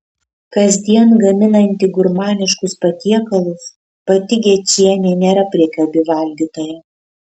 kasdien gaminanti gurmaniškus patiekalus pati gečienė nėra priekabi valgytoja